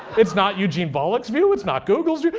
it's not eugene volokh's view. it's not google's view.